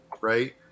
right